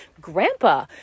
grandpa